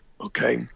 okay